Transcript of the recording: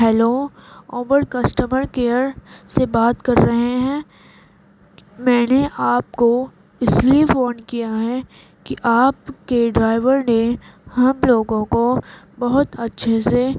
hello Uber customer care سے بات کر رہے ہیں میں نے آپ کو اس لیے فون کیا ہے کہ آپ کے ڈرائیور نے ہم لوگوں کو بہت اچھے سے